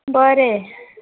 बरें